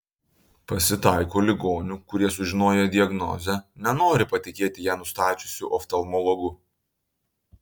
pasitaiko ligonių kurie sužinoję diagnozę nenori patikėti ją nustačiusiu oftalmologu